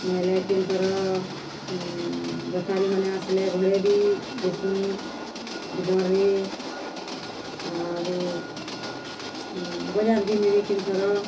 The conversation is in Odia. ନିହେଲେ କେନ୍ଥର ବେପାରୀମାନେ ଆସ୍ଲେ ଘରେ ବି ଦେସୁଁ ଜଣ୍ରେ ଆରୁ ବଜାର୍ ବି ନେବେ କେନ୍ଥର